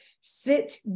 Sit